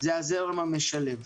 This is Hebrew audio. זה הזרם המשלב.